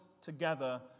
together